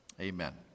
Amen